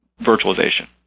virtualization